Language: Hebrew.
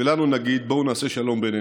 ולנו נגיד: בואו נעשה שלום בינינו.